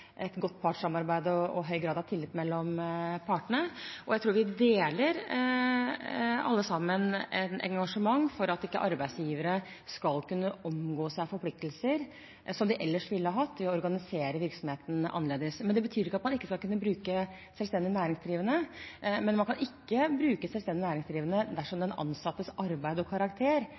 godt partssamarbeid og en høy grad av tillit mellom partene. Jeg tror vi alle sammen deler et engasjement for at arbeidsgivere ikke skal kunne omgå forpliktelser som de ellers ville hatt, ved å organisere virksomheten annerledes. Det betyr ikke at man ikke skal kunne bruke selvstendig næringsdrivende, men man kan ikke bruke selvstendig næringsdrivende dersom den ansattes arbeid og dets karakter